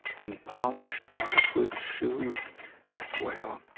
and polished my good shoes as well